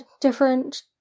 different